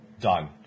Done